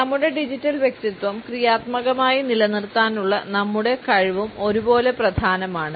നമ്മുടെ ഡിജിറ്റൽ വ്യക്തിത്വം ക്രിയാത്മകമായി നിലനിർത്താനുള്ള നമ്മുടെ കഴിവും ഒരുപോലെ പ്രധാനമാണ്